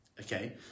okay